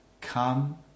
Come